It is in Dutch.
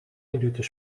minuten